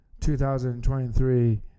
2023